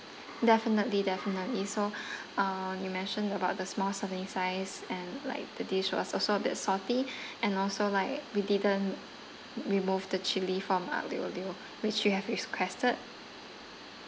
definitely definitely so um you mentioned about the small serving size and like the dish was also a bit salty and also like we didn't remove the chilli from aglio olio which you have requested